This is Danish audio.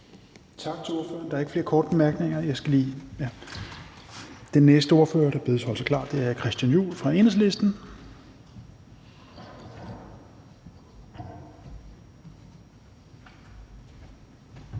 Tak til ordføreren. Der er ikke flere korte bemærkninger. Den næste ordfører, der bedes holde sig klar, er Christian Juhl fra Enhedslisten.